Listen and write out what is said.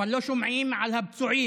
אבל לא שומעים על הפצועים